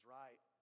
right